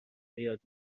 بیاد